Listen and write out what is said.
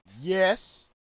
Yes